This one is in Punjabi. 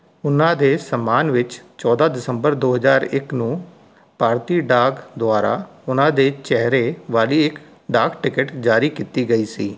ਉਨ੍ਹਾਂ ਦੇ ਸਨਮਾਨ ਵਿੱਚ ਚੌਦਾਂ ਦਸੰਬਰ ਦੋ ਹਜ਼ਾਰ ਇੱਕ ਨੂੰ ਭਾਰਤੀ ਡਾਕ ਦੁਆਰਾ ਉਨ੍ਹਾਂ ਦੇ ਚਿਹਰੇ ਵਾਲੀ ਇੱਕ ਡਾਕ ਟਿਕਟ ਜਾਰੀ ਕੀਤੀ ਗਈ ਸੀ